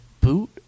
boot